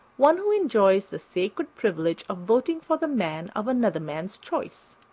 one who enjoys the sacred privilege of voting for the man of another man's choice.